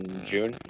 June